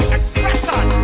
Expression